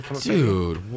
Dude